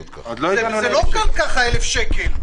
זה לא קל ככה 1,000 שקל.